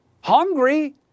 hungry